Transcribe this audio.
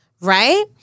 Right